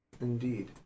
Indeed